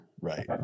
Right